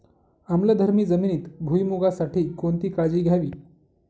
आम्लधर्मी जमिनीत भुईमूगासाठी कोणती काळजी घ्यावी?